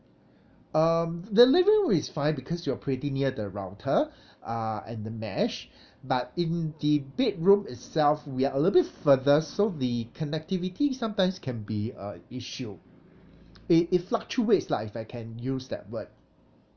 um the living room is fine because you're pretty near the router uh and the mesh but in the bedroom itself we are a little bit further so the connectivity sometimes can be a issue it it fluctuates lah if I can use that word